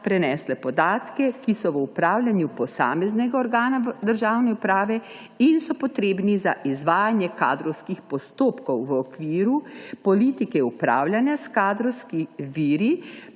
prenesli podatki, ki so v upravljanju posameznega organa državne uprave in so potrebni za izvajanje kadrovskih postopkov, v okviru politike upravljanja s kadrovskimi viri